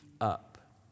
up